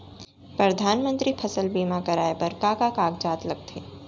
परधानमंतरी फसल बीमा कराये बर का का कागजात लगथे?